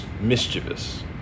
mischievous